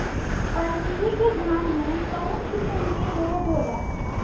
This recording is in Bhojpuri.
परजीवी से धान में कऊन कसम के रोग होला?